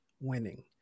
winning